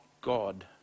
God